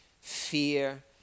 fear